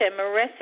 Marissa